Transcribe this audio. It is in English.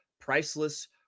priceless